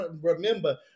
remember